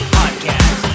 podcast